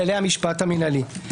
כללי המשפט המנהלי.